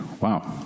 Wow